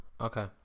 Okay